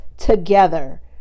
together